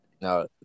No